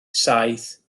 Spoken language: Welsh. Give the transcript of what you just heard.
saith